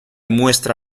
muestra